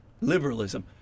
liberalism